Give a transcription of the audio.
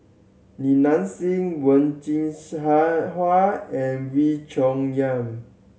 Li Nanxing Wen Jin Hua and Wee Cho Yaw